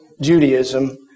Judaism